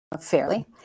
fairly